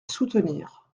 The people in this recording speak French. soutenir